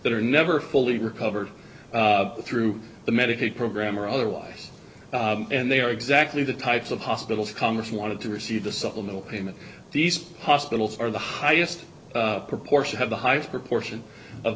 that are never fully recovered through the medicaid program or otherwise and they are exactly the types of hospitals congress wanted to receive the supplemental payment these hospitals are the highest proportion have a high proportion of